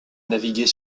naviguer